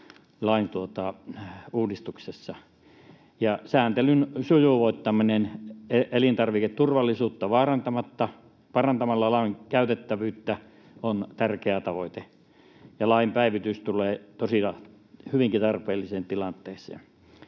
lain uudistuksessa. Sääntelyn sujuvoittaminen elintarviketurvallisuutta vaarantamatta parantamalla lain käytettävyyttä on tärkeä tavoite, ja lain päivitys tulee tosiaan hyvinkin tarpeelliseen tilanteeseen.